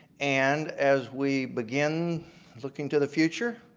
and as we begin looking to the future,